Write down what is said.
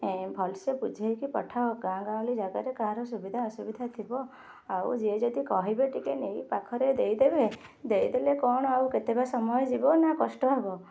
ଭଲ ସେ ବୁଝାଇକି ପଠାଅ ଗାଁ ଗାଉଁଲି ଜାଗାରେ କାହାର ସୁବିଧା ଅସୁବିଧା ଥିବ ଆଉ ଯିଏ ଯଦି କହିବେ ନେଇ ଟିକେ ପାଖରେ ଦେଇ ଦେବେ ଦେଇ ଦେଲେ କ'ଣ ହବ କେତେକ ସମୟ ଯିବ ନା କଷ୍ଟ ହବ